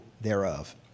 thereof